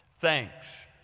thanks